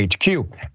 HQ